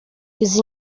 izi